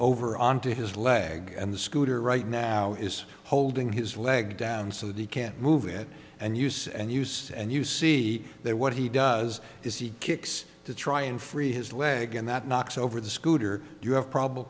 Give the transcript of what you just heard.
over on to his leg and the scooter right now is holding his leg down so that he can't move it and use and use and you see there what he does is he kicks to try and free his leg and that knocks over the scooter you have probable